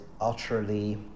utterly